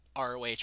ROH